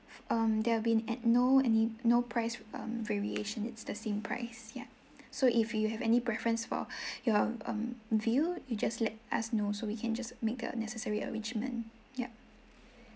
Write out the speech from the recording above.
um there will be an~ no any no price um variation it's the same price ya so if you have any preference for your um view you just let us know so we can just make a necessary arrangement yup